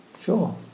Sure